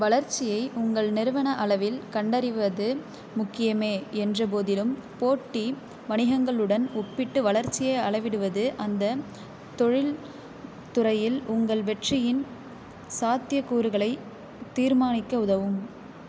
வளர்ச்சியை உங்கள் நிறுவன அளவில் கண்டறிவது முக்கியமே என்ற போதிலும் போட்டி வணிகங்களுடன் ஒப்பிட்டு வளர்ச்சியை அளவிடுவது அந்தத் தொழில் துறையில் உங்கள் வெற்றியின் சாத்தியக் கூறுகளைத் தீர்மானிக்க உதவும்